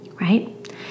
right